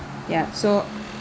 yup so